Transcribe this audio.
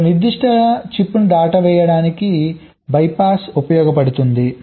ఒక నిర్దిష్ట చిప్ను దాటవేయడానికి BYPASS ఉపయోగించబడుతుంది